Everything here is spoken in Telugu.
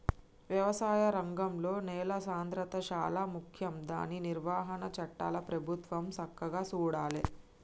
వ్యవసాయ రంగంలో నేల సాంద్రత శాలా ముఖ్యం దాని నిర్వహణ చట్టాలు ప్రభుత్వం సక్కగా చూడాలే